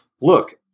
look